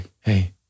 Hey